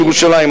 בירושלים.